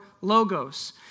logos